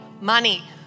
money